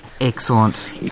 Excellent